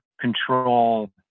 control